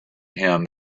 him